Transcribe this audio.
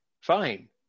Fine